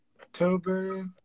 October